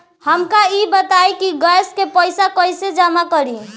हमका ई बताई कि गैस के पइसा कईसे जमा करी?